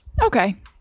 Okay